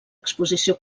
exposició